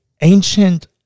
ancient